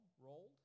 rolled